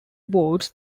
boards